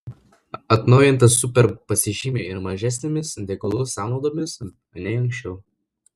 atnaujintas superb pasižymi ir mažesnėmis degalų sąnaudomis nei anksčiau